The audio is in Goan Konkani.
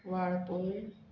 वाळपय